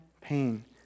pain